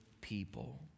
people